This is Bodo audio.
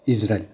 इजरायल